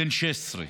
בן 16,